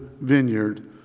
vineyard